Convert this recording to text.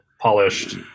polished